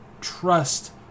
trust